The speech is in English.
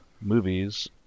movies